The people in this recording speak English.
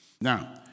Now